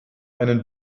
einen